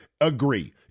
agree